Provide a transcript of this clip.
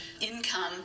Income